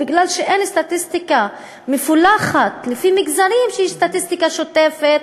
כי אין סטטיסטיקה מפולחת לפי מגזרים שהיא סטטיסטיקה שוטפת